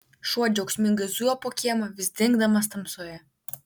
šuo džiaugsmingai zujo po kiemą vis dingdamas tamsoje